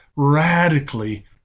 Radically